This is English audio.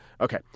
Okay